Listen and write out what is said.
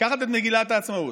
לקחת את מגילת העצמאות,